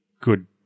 good